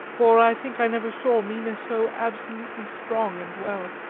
for i think i never saw mina so absolutely strong and well.